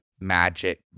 Magic